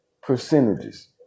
percentages